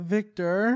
Victor